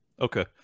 Okay